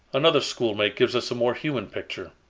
another schoolmate gives us a more human picture